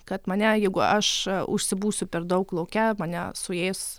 kad mane jeigu aš užsibūsiu per daug lauke mane suės